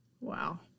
Wow